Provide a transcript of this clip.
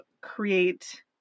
create